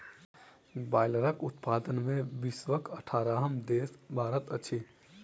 बायलरक उत्पादन मे विश्वक अठारहम देश भारत अछि